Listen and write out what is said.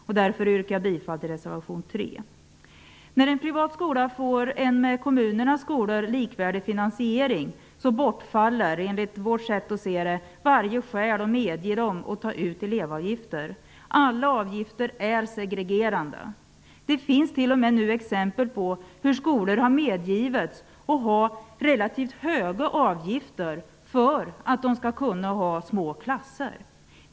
Jag yrkar därför bifall till reservation 3. När en privat skola får en med kommunernas skolor likvärdig finansiering, bortfaller enligt vårt sätt att se det varje skäl att medge dem att ta ut elevavgifter. Alla avgifter är segregerande. Det finns t.o.m. nu exempel på att skolor har medgivits att ha relativt höga avgifter för att de skall kunna ha små klasser.